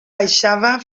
baixava